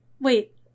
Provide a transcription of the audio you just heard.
wait